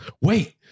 wait